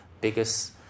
biggest